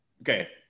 Okay